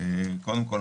קודם כול,